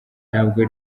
ntabwo